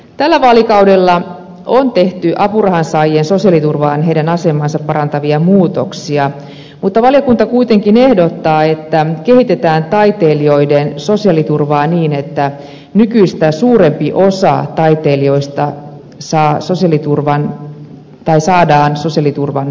tällä vaalikaudella on tehty apurahansaajien sosiaaliturvaan heidän asemaansa parantavia muutoksia mutta valiokunta kuitenkin ehdottaa että kehitetään tai teilijoiden sosiaaliturvaa niin että nykyistä suurempi osa taiteilijoista saadaan sosiaaliturvan piiriin